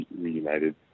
reunited